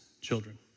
children